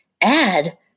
add